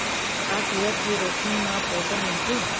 का सूरज के रोशनी म पोषण मिलथे?